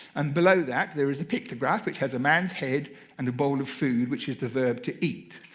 and below that, there is a pictograph which has a man's head and a bowl of food, which is the verb to eat.